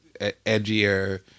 edgier